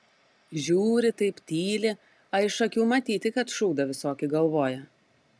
žiūri taip tyli a iš akių matyti kad šūdą visokį galvoja